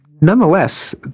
nonetheless